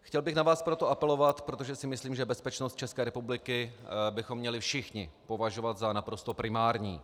Chtěl bych na vás proto apelovat, protože si myslím, že bezpečnost České republiky bychom měli všichni považovat za naprosto primární.